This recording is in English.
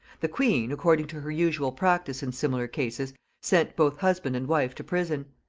the queen, according to her usual practice in similar cases, sent both husband and wife to prison.